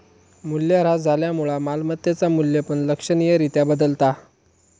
मूल्यह्रास झाल्यामुळा मालमत्तेचा मू्ल्य पण लक्षणीय रित्या बदलता